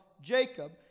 Jacob